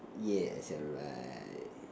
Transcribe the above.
yes you're right